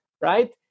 right